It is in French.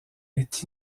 est